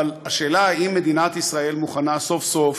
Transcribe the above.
אבל השאלה היא האם מדינת ישראל מוכנה סוף-סוף